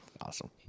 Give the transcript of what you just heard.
Awesome